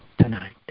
tonight